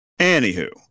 anywho